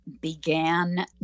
began